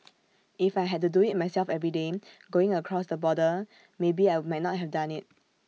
if I had to do IT myself every day going across the border maybe I might not have done IT